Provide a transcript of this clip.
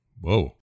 whoa